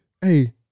Hey